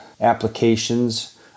applications